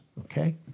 Okay